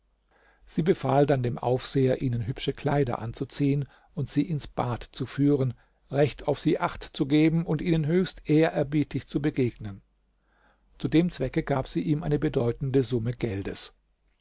sie befahl dann dem aufseher ihnen hübsche kleider anzuziehen und sie ins bad zu führen recht auf sie acht zu geben und ihnen höchst ehrerbietig zu begegnen zu dem zwecke gab sie ihm eine bedeutende summe geldes